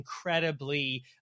incredibly